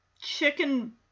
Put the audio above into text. chicken